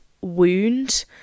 wound